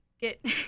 get